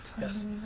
Yes